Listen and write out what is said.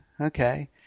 okay